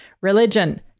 religion